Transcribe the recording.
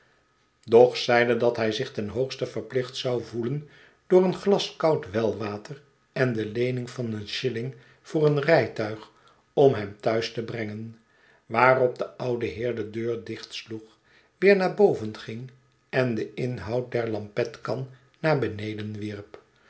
zeide dat hij zich ten hoogste verplicht zou voelen door een glas koud welwater en de leening van een shilling voor een rijt uig om hem thuis te brengen waarop de oude heer de deur dichtsloeg weer naar boven ging en den inhoud der lampetkan naar beneden wierp